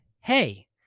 hey